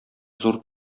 зур